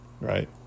right